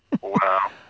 Wow